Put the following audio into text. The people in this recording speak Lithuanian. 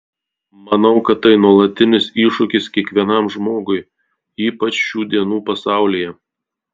manau kad tai nuolatinis iššūkis kiekvienam žmogui ypač šių dienų pasaulyje